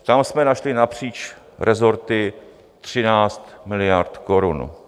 Tam jsme našli napříč resorty 13 miliard korun.